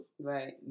Right